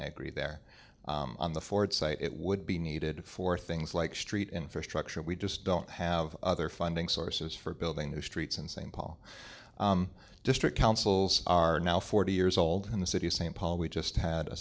i agree there on the ford site it would be needed for things like street infrastructure we just don't have other funding sources for building new streets in st paul district councils are now forty years old in the city of st paul we just had a